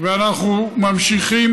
ואנחנו ממשיכים,